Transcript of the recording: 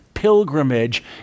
pilgrimage